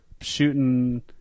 shooting